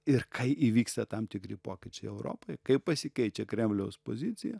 ir kai įvyksta tam tikri pokyčiai europoj kai pasikeičia kremliaus pozicija